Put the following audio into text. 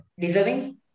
deserving